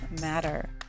matter